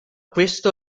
questo